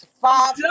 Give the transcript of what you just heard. five